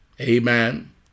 amen